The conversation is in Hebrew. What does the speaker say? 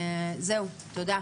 זהו, תודה.